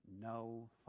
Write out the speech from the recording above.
no